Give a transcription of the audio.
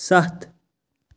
ستھ